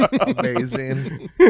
Amazing